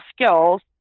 skills